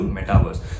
Metaverse